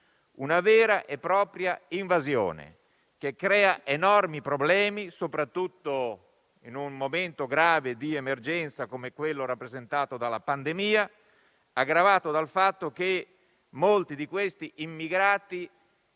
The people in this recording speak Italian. una vera e propria invasione, che crea enormi problemi, soprattutto in un momento grave di emergenza come quello rappresentato dalla pandemia, aggravato dal fatto che molti di questi immigrati